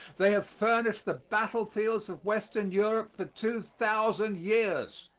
they have furnished the battlefields of western europe for two thousand years.